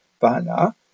bana